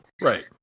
right